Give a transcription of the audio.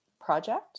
project